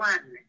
One